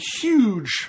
huge